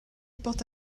bod